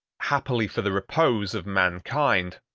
happily for the repose of mankind,